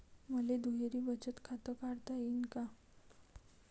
मले दुहेरी बचत खातं काढता येईन का?